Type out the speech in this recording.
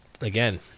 again